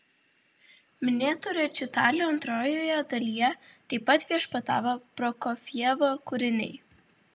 minėto rečitalio antrojoje dalyje taip pat viešpatavo prokofjevo kūriniai